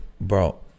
bro